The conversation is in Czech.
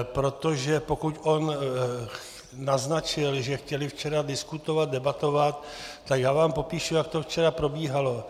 Protože pokud on naznačil, že chtěli včera diskutovat, debatovat, tak já vám popíšu, jak to včera probíhalo.